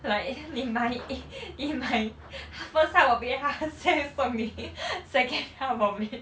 like 你买一你买 first half of it 他现在送你 second half of it